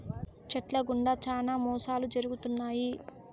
check ల గుండా శ్యానా మోసాలు జరుగుతున్నాయి